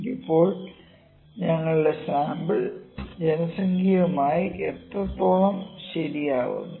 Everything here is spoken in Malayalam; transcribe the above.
ഇപ്പോൾ ഞങ്ങളുടെ സാമ്പിൾ ജനസംഖ്യയുമായി എത്രത്തോളം ശരിയാക്കുന്നു